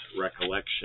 recollection